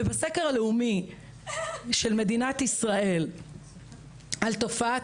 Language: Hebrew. בסקר הלאומי של מדינת ישראל על תופעת